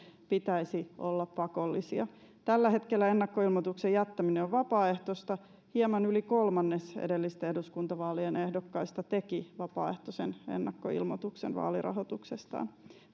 pitäisi olla pakollisia tällä hetkellä ennakkoilmoituksen jättäminen on vapaaehtoista hieman yli kolmannes edellisten eduskuntavaalien ehdokkaista teki vapaaehtoisen ennakkoilmoituksen vaalirahoituksestaan